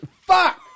Fuck